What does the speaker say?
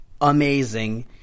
amazing